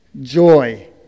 Joy